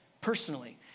personally